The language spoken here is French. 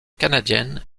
canadiennes